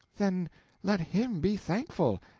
then let him be thankful,